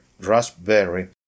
raspberry